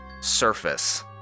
surface